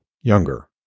younger